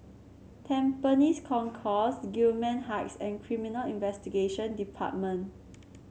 Tampines Concourse Gillman Heights and Criminal Investigation Department